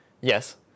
Yes